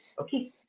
okay